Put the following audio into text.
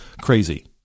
crazy